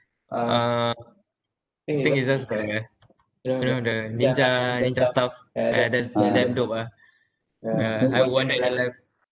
uh I think it's just the you know the ninja ninja stuff ya that's damn dope ah ya I wondered in the life